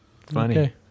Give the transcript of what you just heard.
funny